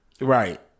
Right